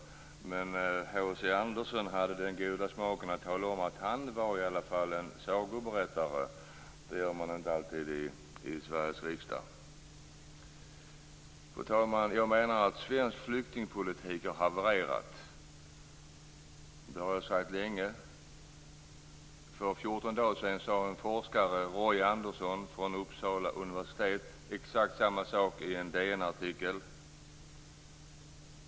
Men H C Andersen hade den goda smaken att tala om att han var en sagoberättare. Så gör man inte alltid i Sveriges riksdag. Fru talman! Jag menar att svensk flyktingpolitik har havererat. Det har jag sagt länge. För fjorton dagar sedan sade forskaren Roy Andersson från Uppsala universitet exakt samma sak i en DN-artikel.